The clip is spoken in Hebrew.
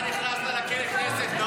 --- אני